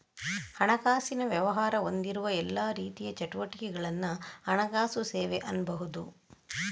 ಹಣಕಾಸಿನ ವ್ಯವಹಾರ ಹೊಂದಿರುವ ಎಲ್ಲಾ ರೀತಿಯ ಚಟುವಟಿಕೆಗಳನ್ನ ಹಣಕಾಸು ಸೇವೆ ಅನ್ಬಹುದು